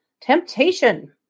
Temptation